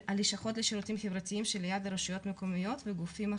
לשירותים חברתיים שליד הרשויות המקומיות והגופים האחרים.